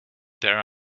there